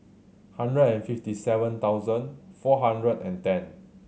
hundred and fifty seven thousand four hundred and ten